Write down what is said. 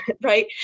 right